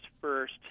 first